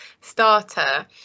starter